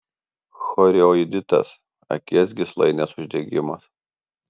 chorioiditas akies gyslainės uždegimas